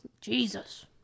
Jesus